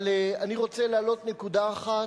אבל אני רוצה להעלות נקודה אחת,